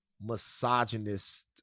misogynist